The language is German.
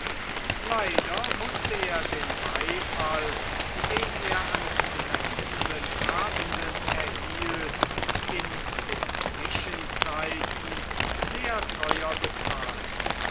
leider mußte er den beifall den er an glänzenden abenden erhielt in den zwischenzeiten sehr teuer bezahlen